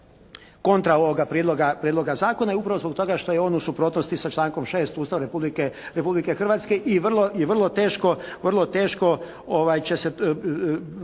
kontra ovoga Prijedloga zakona je upravo zbog toga što je on suprotnosti sa člankom 6. Ustava Republike Hrvatske i vrlo teško će se,